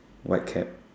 white cap